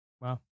Wow